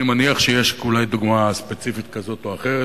אני מניח שיש אולי דוגמה ספציפית כזאת או אחרת,